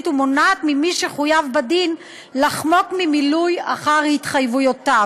ומונעת ממי שחויב בדין לחמוק ממילוי התחייבויותיו.